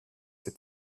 ses